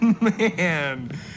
Man